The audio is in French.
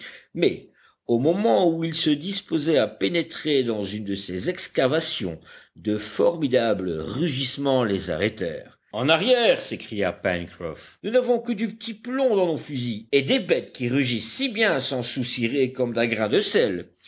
mais au moment où ils se disposaient à pénétrer dans une de ces excavations de formidables rugissements les arrêtèrent en arrière s'écria pencroff nous n'avons que du petit plomb dans nos fusils et des bêtes qui rugissent si bien s'en soucieraient comme d'un grain de sel